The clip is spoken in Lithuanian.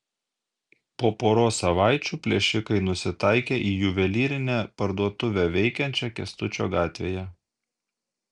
po poros savaičių plėšikai nusitaikė į juvelyrinę parduotuvę veikiančią kęstučio gatvėje